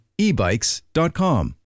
ebikes.com